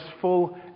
full